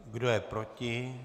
Kdo je proti?